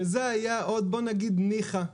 שזה היה עוד בוא נגיד - ניחא.